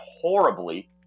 horribly